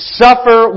suffer